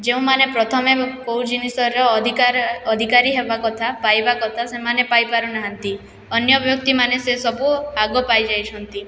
ଯେଉଁମାନେ ପ୍ରଥମେ କେଉଁ ଜିନିଷରେ ଅଧିକାରୀ ହେବା କଥା ପାଇବା କଥା ସେମାନେ ପାଇପାରୁ ନାହାଁନ୍ତି ଅନ୍ୟ ବ୍ୟକ୍ତିମାନେ ସେ ସବୁ ଆଗ ପାଇଯାଇଛନ୍ତି